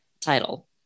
title